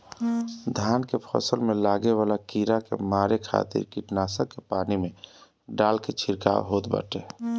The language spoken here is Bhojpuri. धान के फसल में लागे वाला कीड़ा के मारे खातिर कीटनाशक के पानी में डाल के छिड़काव होत बाटे